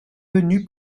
venu